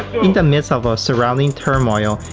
in the midst of of surrounding turmoil,